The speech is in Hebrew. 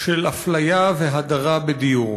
של אפליה והדרה בדיור,